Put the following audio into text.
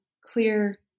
clear